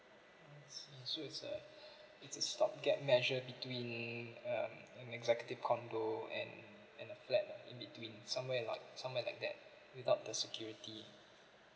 I see so it's a it's a stopgap measure between um an executive condo and and a flat in between somewhere in like somewhere like that without the security